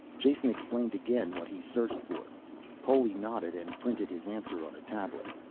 jason explained again what he searched for. poli nodded and printed his answer on a tablet.